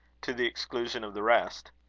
to the exclusion of the rest.